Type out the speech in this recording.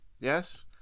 Yes